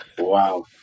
Wow